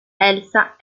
elsa